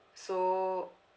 so